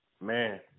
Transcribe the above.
Man